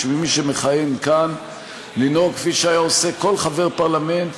ממי שמכהן כאן לנהוג כפי שהיה עושה כל חבר פרלמנט,